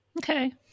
Okay